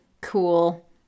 cool